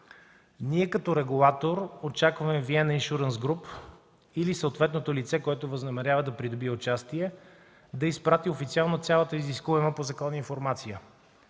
Ние като регулатор очакваме „Виена Иншурънс Груп” или съответното лице, което възнамерява да придобие участие, да изпрати цялата изискуема по закона информация.